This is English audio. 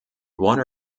one